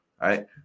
right